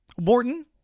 Morton